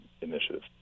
initiative